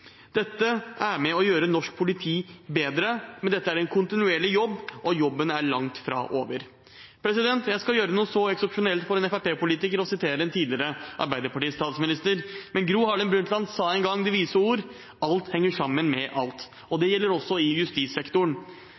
Dette er med på å gjøre norsk politi bedre, men det er en kontinuerlig jobb, og jobben er langt fra over. Jeg skal gjøre noe så eksepsjonelt for en Fremskrittsparti-politiker å sitere en tidligere Arbeiderparti-statsminister. Gro Harlem Brundtland sa en gang de vise ord: Alt henger sammen med alt. Det gjelder også i justissektoren.